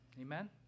Amen